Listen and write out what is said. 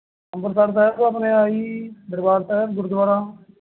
ਅੰਬਰਸਰ ਸਾਹਿਬ ਆਪਣੇ ਆਹੀ ਦਰਬਾਰ ਸਾਹਿਬ ਗੁਰਦੁਆਰਾ